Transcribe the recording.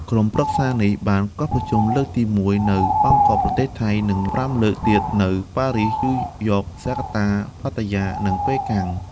ក្រុមប្រឹក្សានេះបានកោះប្រជុំលើកទីមួយ នៅបាងកក ប្រទេសថៃ និង ៥លើកទៀតនៅ ប៉ារីស ញ៉ូយ៉ក ហ្សាកាតា ប៉ាតាយា និងប៉េកាំង។